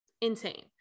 insane